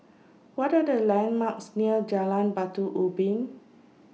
What Are The landmarks near Jalan Batu Ubin